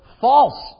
false